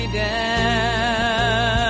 down